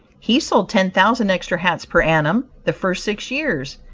he sold ten thousand extra hats per annum, the first six years.